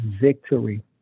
victory